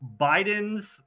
Biden's